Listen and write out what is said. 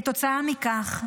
כתוצאה מכך,